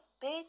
Big